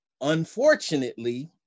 Unfortunately